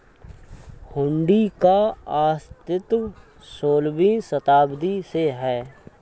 हुंडी का अस्तित्व सोलहवीं शताब्दी से है